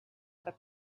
other